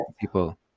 people